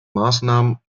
maßnahmen